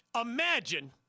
Imagine